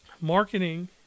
Marketing